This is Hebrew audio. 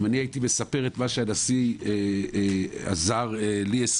אם הייתי מספר את מה שהנשיא עזר לי 20